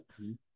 -hmm